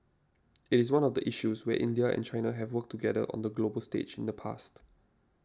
it is one of the issues where India and China have worked together on the global stage in the past